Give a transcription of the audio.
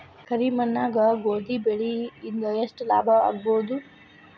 ಕರಿ ಮಣ್ಣಾಗ ಗೋಧಿ ಬೆಳಿ ಇಂದ ಎಷ್ಟ ಲಾಭ ಆಗಬಹುದ?